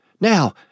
now